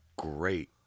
great